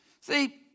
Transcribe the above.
See